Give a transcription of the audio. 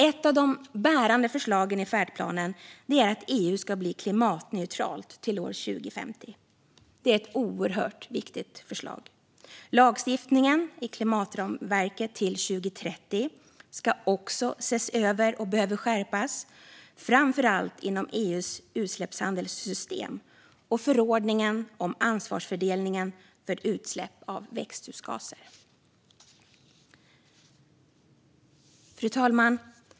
Ett av de bärande förslagen i färdplanen är att EU ska bli klimatneutralt till 2050. Det är ett oerhört viktigt förslag. Lagstiftningen i klimatramverket till 2030 ska också ses över och skärpas. Det gäller framför allt inom EU:s utsläppshandelssystem och förordningen om ansvarsfördelning för utsläpp av växthusgaser. Fru talman!